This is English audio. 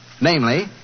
Namely